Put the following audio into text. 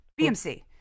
BMC